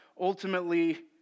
ultimately